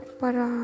para